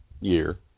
year